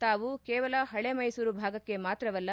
ತಾವು ಕೇವಲ ಹಳೆ ಮೈಸೂರು ಭಾಗಕ್ಷೆ ಮಾತ್ರವಲ್ಲ